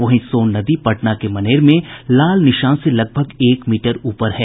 वहीं सोन नदी पटना के मनेर में लाल निशान से लगभग एक मीटर ऊपर है